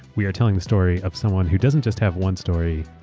we are telling the story of someone who doesn't just have one story.